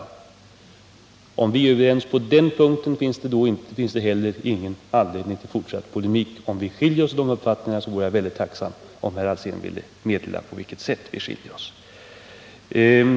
Om vi är överens på den punkten finns det heller ingen anledning till fortsatt polemik. Om vi skiljer oss i uppfattningarna på den punkten vore jag tacksam om herr Alsén ville meddela på vilket sätt vi skiljer oss.